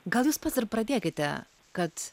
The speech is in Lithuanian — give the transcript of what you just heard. gal jūs pats ir pradėkite kad